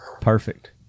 Perfect